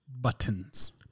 buttons